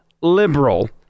liberal